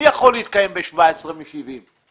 מי יכול להתקיים ב-17 מיליון שקלים?